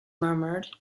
murmured